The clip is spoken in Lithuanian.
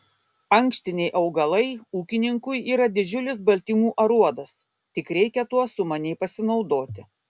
ankštiniai augalai ūkininkui yra didžiulis baltymų aruodas tik reikia tuo sumaniai pasinaudoti